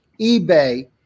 eBay